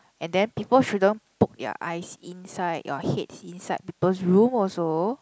and then people shouldn't poke their eyes inside your heads inside people's room also